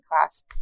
class